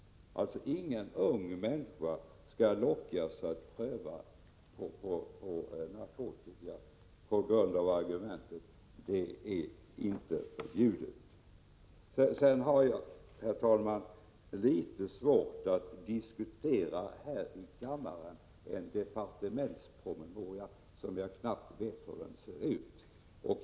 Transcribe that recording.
Ingen ung människa skall lockas att pröva på narkotika på grund av argumentet: Det är inte förbjudet. Jag har, herr talman, litet svårt att här i kammaren diskutera en departementspromemoria, när jag knappt vet hur den ser ut.